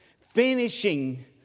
Finishing